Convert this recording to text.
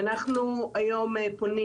אנחנו פונים